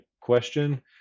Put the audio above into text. question